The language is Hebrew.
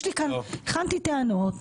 הכנתי טענות,